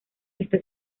está